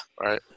right